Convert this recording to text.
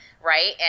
right